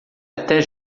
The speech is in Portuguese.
até